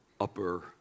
upper